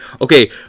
okay